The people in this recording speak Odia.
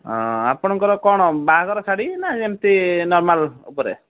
ଆପଣଙ୍କର କ'ଣ ବାହାଘର ଶାଢ଼ୀ ନା ଏମିତି ନର୍ମାଲ୍ ଉପରେ